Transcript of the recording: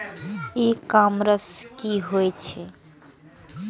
ई commerce की होय छेय?